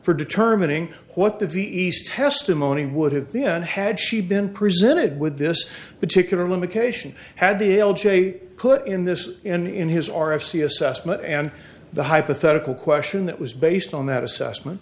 for determining what the ves testimony would have been had she been presented with this particular limitation had the l j put in this in his r f c assessment and the hypothetical question that was based on that assessment